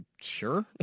Sure